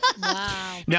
Wow